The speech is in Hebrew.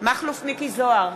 מכלוף מיקי זוהר,